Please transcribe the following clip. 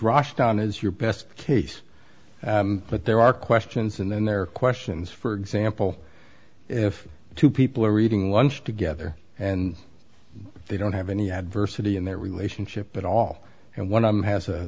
rushed on is your best case but there are questions and then there are questions for example if two people are eating lunch together and they don't have any adversity in their relationship at all and one arm has a